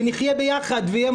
נחיה יחד ויהיה